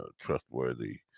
trustworthy